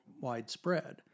widespread